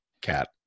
cat